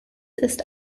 ist